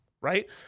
right